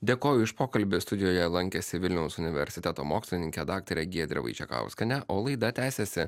dėkoju už pokalbį studijoje lankėsi vilniaus universiteto mokslininkė daktarė giedrė vaičekauskienė o laida tęsiasi